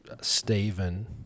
Stephen